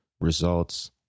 results